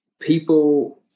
people